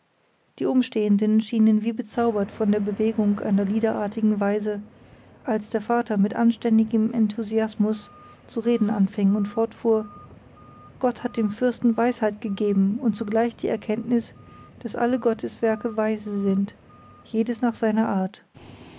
die umstehenden schienen wie bezaubert von der bewegung einer liederartigen weise als der vater mit anständigem enthusiasmus zu reden anfing und fortfuhr gott hat dem fürsten weisheit gegeben und zugleich die erkenntnis daß alle gotteswerke weise sind jedes nach seiner art